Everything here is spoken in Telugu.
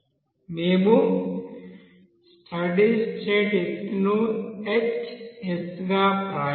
మేము స్టడీ స్టేట్ ఎత్తును hs గా వ్రాయవచ్చు